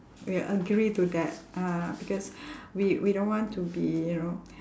we'll agree to that uh because we we don't want to be you know